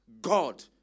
God